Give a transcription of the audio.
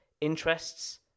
interests